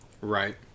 Right